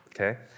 Okay